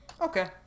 Okay